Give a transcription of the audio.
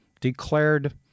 declared